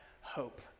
hope